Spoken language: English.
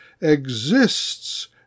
exists